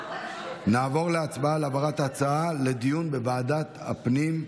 נעבור להצבעה על העברת ההצעה לדיון בוועדת הפנים.